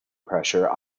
pressure